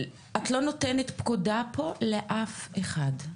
את לא נותנת פקודה פה לאף אחד,